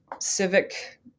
civic